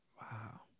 Wow